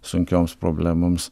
sunkioms problemoms